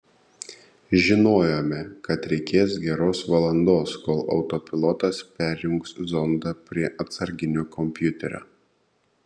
žinojome kad reikės geros valandos kol autopilotas perjungs zondą prie atsarginio kompiuterio